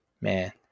Man